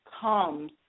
comes